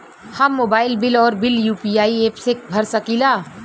हम mobile bill और bill UPI app से भर सकिला